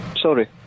sorry